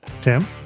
tim